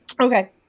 okay